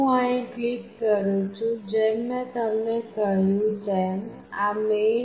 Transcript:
હું અહીં ક્લિક કરું છું જેમ મેં તમને કહ્યું તેમઆ main